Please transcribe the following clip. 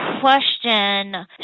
question